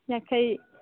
ꯌꯥꯡꯈꯩ